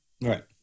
Right